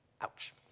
Ouch